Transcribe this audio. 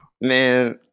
Man